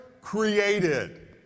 created